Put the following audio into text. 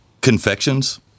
confections